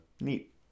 neat